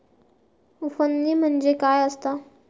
उफणणी म्हणजे काय असतां?